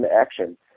action